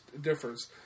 difference